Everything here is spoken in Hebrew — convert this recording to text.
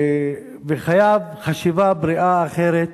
וחייב חשיבה בריאה, אחרת.